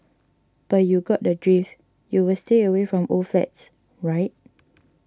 but you got the drift you will stay away from old flats right